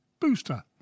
Booster